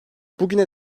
bugüne